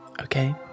okay